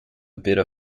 bitter